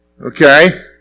Okay